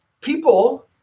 people